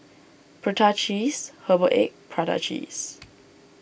Prata Cheese Herbal Egg Prata Cheese